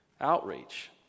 outreach